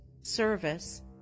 service